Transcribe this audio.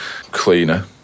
cleaner